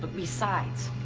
besides,